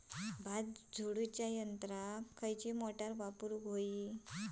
भात झोडूच्या यंत्राक खयली मोटार वापरू?